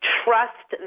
trust